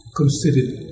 considered